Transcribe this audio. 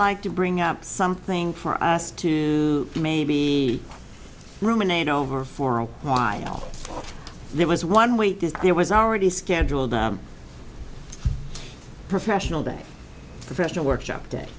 like to bring up something for us to maybe ruminate over for a while there was one way it is there was already scheduled a professional day professional workshop day